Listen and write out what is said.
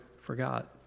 forgot